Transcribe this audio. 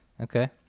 Okay